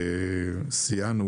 שיתפנו